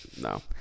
No